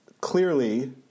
clearly